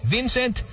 Vincent